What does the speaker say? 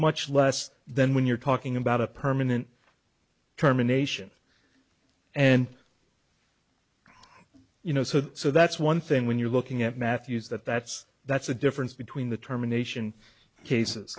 much less than when you're talking about a permanent terminations and you know so so that's one thing when you're looking at mathews that that's that's the difference between the terminations cases